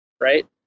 right